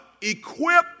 Equip